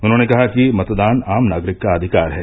उन्होंने कहा कि मतदान आम नागरिक का अधिकार है